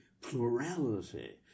plurality